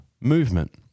movement